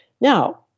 Now